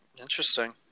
Interesting